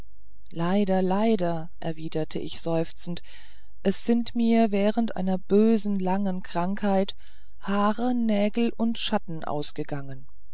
leider leider erwiderte ich seufzend es sind mir während einer bösen langen krankheit haare nägel und schatten ausgegangen